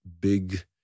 big